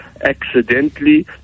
accidentally